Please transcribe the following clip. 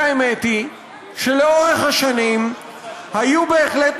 והאמת היא שלאורך השנים היו בהחלט